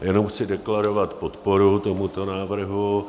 Jenom chci deklarovat podporu tomuto návrhu.